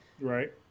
Right